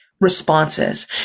responses